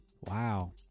Wow